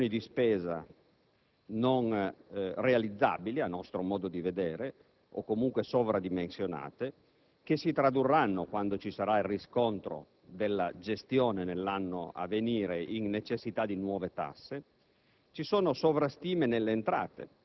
Vi sono riduzioni di spesa non realizzabili, a nostro avviso, o comunque sovradimensionate che si tradurranno, quando vi sarà il riscontro della gestione nell'anno a venire, in necessità di nuove tasse.